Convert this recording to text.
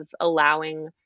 allowing